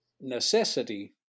necessity